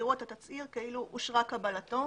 יראו את התצהיר כאילו אושרה קבלתו".